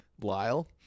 Lyle